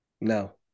No